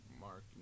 mark